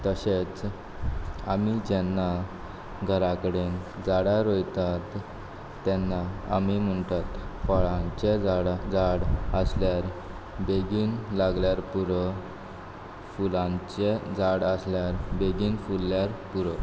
तशेंच आमी जेन्ना घरा कडेन झाडां रोयतात तेन्ना आमी म्हुणटात फळांचें झाडां झाड आसल्यार बेगीन लागल्यार पुरो फुलांचें झाड आसल्यार बेगीन फुल्ल्यार पुरो